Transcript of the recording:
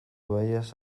vayas